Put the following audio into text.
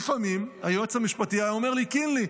לפעמים היועץ המשפטי היה אומר לי: קינלי,